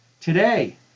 Today